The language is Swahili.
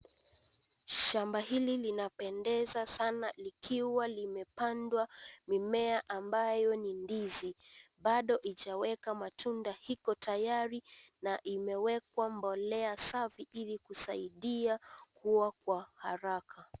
Shamba hili linapendeza sana likiwa limepandwa mimea ambayo ni ndizi. Bado hijaweka matunda. Iko tayari na imewekwa mbolea safi ili kusaidia kuwa kwa haraka.